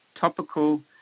topical